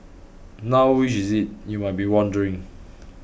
now which is it you might be wondering